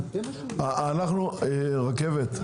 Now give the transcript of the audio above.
רכבת,